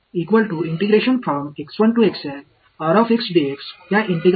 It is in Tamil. எனவே இந்த ஒருங்கிணைப்புகளுடன் நான் இருக்கிறேன்